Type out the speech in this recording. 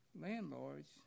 landlords